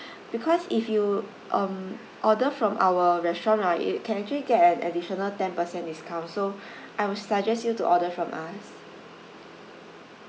because if you um order from our restaurant right you can actually get an additional ten percent discount so I would suggest you to order from us